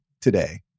today